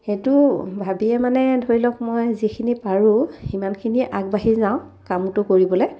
সেইটো ভাবিয়ে মানে ধৰি লওক মই যিখিনি পাৰোঁ সিমানখিনি আগবাঢ়ি যাওঁ কামটো কৰিবলৈ